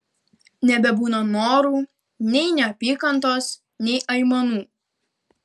nebebūna norų nei neapykantos nei aimanų